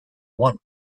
one